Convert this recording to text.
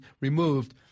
removed